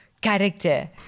Character